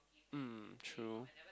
mm true